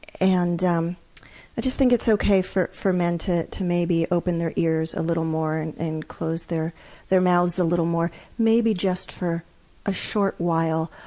and um i just think it's okay for for men to to maybe open their ears a little more and and close their their mouths a little more. maybe just for a short while,